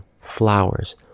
flowers